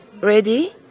Ready